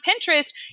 Pinterest